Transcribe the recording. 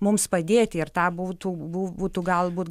mums padėti ir tą būtų bū būtų galbūt